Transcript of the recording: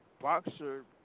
boxer